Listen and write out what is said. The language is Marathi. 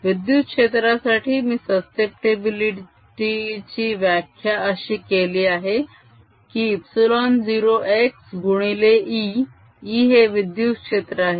विद्युत क्षेत्रासाठी मी सस्सेप्टीबिलीटी ची व्याख्या अशी केली आहे की ε0χ गुणिले e e हे विद्युत क्षेत्र आहे